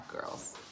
girls